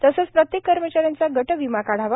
तसंच प्रत्येक कर्मचा यांचा गट विमा काढावा